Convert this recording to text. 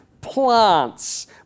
plants